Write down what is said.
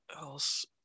else